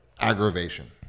aggravation